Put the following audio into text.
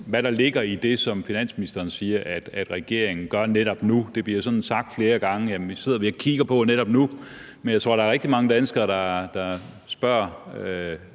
hvad der ligger i, at finansministeren siger: Det gør regeringen netop nu. Det bliver sagt flere gange: Det sidder vi og kigger på netop nu. Men jeg tror, at der er rigtig mange danskere, der spørger